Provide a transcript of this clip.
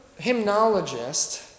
hymnologist